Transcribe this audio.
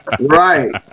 right